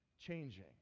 changing